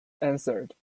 answered